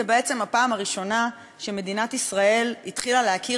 זו בעצם הפעם הראשונה שמדינת ישראל התחילה להכיר